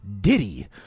Diddy